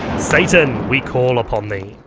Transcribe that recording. satan we call upon thee,